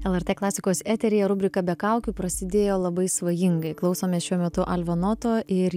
lrt klasikos eteryje rubrika be kaukių prasidėjo labai svajingai klausomės šiuo metu alvenoto ir